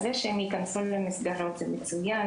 זה שהם ייכנסו למסגרות זה מצוין,